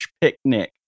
picnic